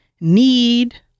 need